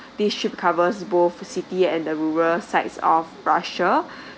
this trip covers both the city and the rural sites of russia